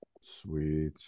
Sweet